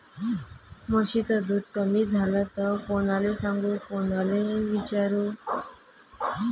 म्हशीचं दूध कमी झालं त कोनाले सांगू कोनाले विचारू?